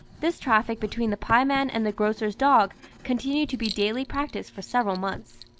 this traffic between the pieman and the grocer's dog continued to be daily practised for several months.